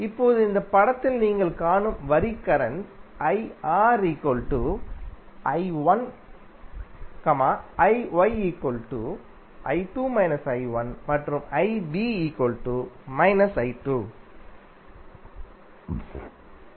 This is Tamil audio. இப்போது இந்த படத்தில் நீங்கள் காணும் வரி current IR I1 IY I2 − I1 மற்றும் IB −I2